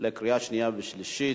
קריאה שנייה ושלישית.